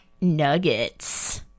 Nuggets